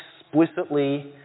explicitly